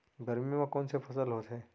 गरमी मा कोन से फसल होथे?